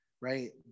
right